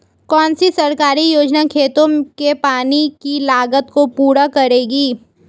कौन सी सरकारी योजना खेतों के पानी की लागत को पूरा करेगी?